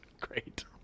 Great